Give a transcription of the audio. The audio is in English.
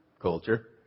culture